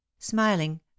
smiling